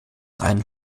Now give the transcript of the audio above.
ein